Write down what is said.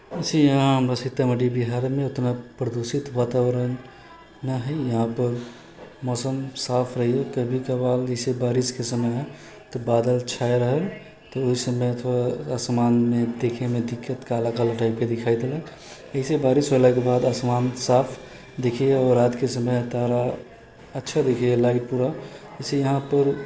वैसे यहाँ हमरा सीतामढ़ी बिहारमे ओतना प्रदूषित वातावरण नहि है आब मौसम साफ रहैए कभी कभाल जे छै बारिशके समयमे बादल छायल रहल तऽ काला काला टाइपके दिखाइ देलक एहिसँ बारिश होलाके बाद आसमान साफ देखाइए आओर रातिके समय तारा अच्छा जैसे यहाँपर